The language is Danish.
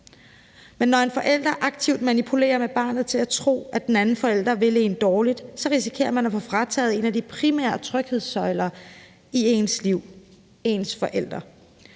Men når en forælder aktivt manipulerer med barnet til at tro, at den anden forælder vil barnet det dårligt, risikerer barnet at få frataget en af de primære tryghedssøjler i sit liv: sine forældre.